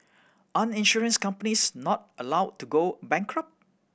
aren't insurance companies not allowed to go bankrupt